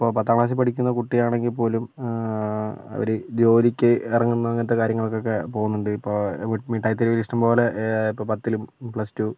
ഇപ്പോൾ പത്താം ക്ലാസ്സിൽ പഠിക്കുന്ന കുട്ടിയാണെങ്കിൽ പോലും ഒരു ജോലിക്ക് ഇറങ്ങുന്ന അങ്ങനത്തെ കാര്യങ്ങൾക്കൊക്കെ പോകുന്നുണ്ട് ഇപ്പോൾ മിട്ടായിത്തെരുവിൽ ഇഷ്ടംപോലെ ഇപ്പോൾ പത്തിലും പ്ലസ് ടു